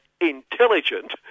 intelligent